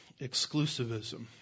exclusivism